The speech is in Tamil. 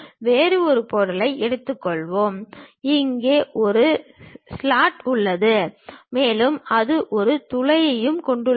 வேறு ஒரு பொருளை எடுத்துக்கொள்வோம் இங்கே ஒரு ஸ்லாட் உள்ளது மேலும் அது ஒரு துளையையும் கொண்டுள்ளது